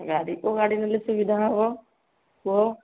ଗାଡ଼ି କୋଉ ଗାଡ଼ି ନେଲେ ସୁବିଧା ହବ କୁହ